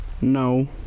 No